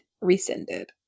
rescinded